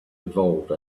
evolve